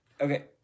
Okay